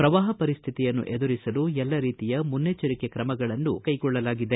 ಪ್ರವಾಪ ಪರಿಸ್ಥಿತಿಯನ್ನು ಎದುರಿಸಲು ಎಲ್ಲ ರೀತಿಯ ಮುನ್ನೆಚ್ಚರಿಕೆ ಕ್ರಮಗಳನ್ನು ಕೈಗೊಳ್ಳಲಾಗಿದೆ